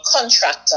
contractor